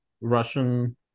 Russian